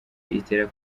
itera